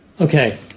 Okay